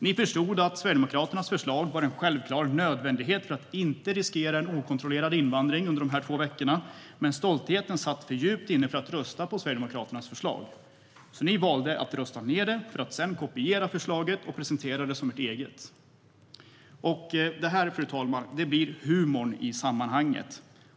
Ni förstod att Sverigedemokraternas förslag var en självklar nödvändighet för att man inte skulle riskera en okontrollerad invandring under dessa två veckor, men stoltheten satt för djupt inne i er för att ni skulle rösta på Sverigedemokraternas förslag. Ni valde att rösta ned det för att sedan kopiera det och sedan presentera det som ert eget. Fru talman! Det här är humorn i sammanhanget.